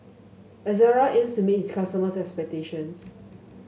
Ezerra aims to meet its customers' expectations